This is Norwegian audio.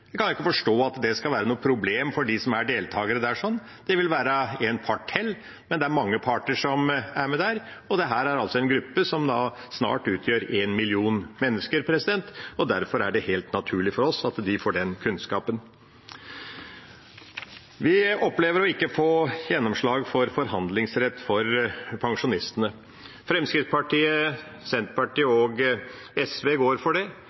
skal være noe problem for dem som er deltakere der. Det vil være en part til, men det er mange parter som er med der, og dette er en gruppe som snart utgjør en million mennesker, og derfor er det helt naturlig for oss at de får den kunnskapen. Vi opplever å ikke få gjennomslag for forhandlingsrett for pensjonistene. Fremskrittspartiet, Senterpartiet og SV går for det.